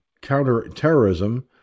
counterterrorism